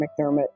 McDermott